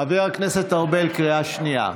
חבר הכנסת ארבל, קריאה שנייה.